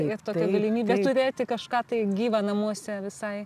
ir tokia galimybė turėti kažką tai gyvą namuose visai